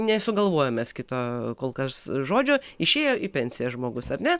nesugalvojom mes kito kol kas žodžio išėjo į pensiją žmogus ar ne